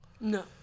No